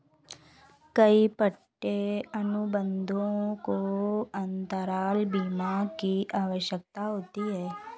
कई पट्टे अनुबंधों को अंतराल बीमा की आवश्यकता होती है